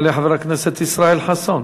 יעלה חבר הכנסת ישראל חסון,